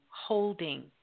holding